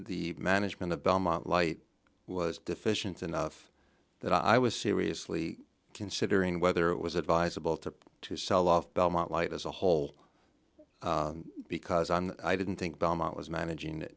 the management of belmont light was deficient enough that i was seriously considering whether it was advisable to to sell off belmont light as a whole because on i didn't think belmont was managing